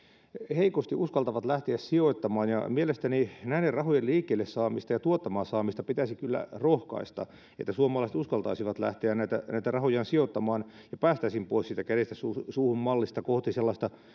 heikosti uskaltavat lähteä sijoittamaan ja mielestäni näiden rahojen liikkeelle saamiseen ja tuottamaan saamiseen pitäisi kyllä rohkaista että suomalaiset uskaltaisivat lähteä näitä näitä rahojaan sijoittamaan ja päästäisiin pois siitä kädestä suuhun suuhun mallista kohti sellaista